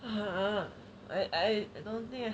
!huh! I I I don't think